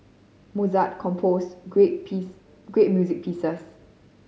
Mozart composed great piece great music pieces